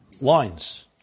lines